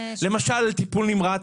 למשל טיפול נמרץ,